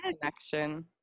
connection